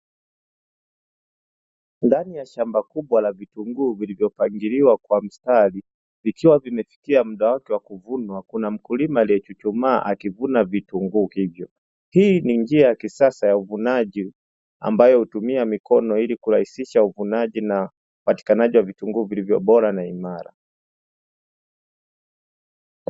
Ndani ya shamba kubwa la vitunguu vilivyo pangiliwa kwa mstari, vikiwa vimefikia mda wake wa kuvunwa; kuna mkulima aliye chuchumaa akivuna vitunguu hivyo, hii ni njia ya kisasa ya uvunaji ambayo hutumia mikono ili kurahisisha uvunaji na upatikanaji wa vitunguu vilivyo bora na imara.